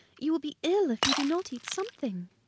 you will be ill if you do not eat something.